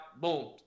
Boom